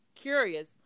Curious